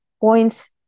points